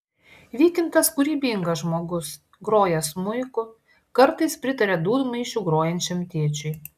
vykintas kūrybingas žmogus groja smuiku kartais pritaria dūdmaišiu grojančiam tėčiui